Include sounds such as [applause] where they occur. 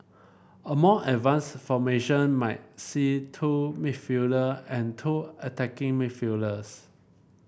a more advanced formation might see two [unintelligible] and two attacking [unintelligible]